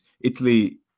Italy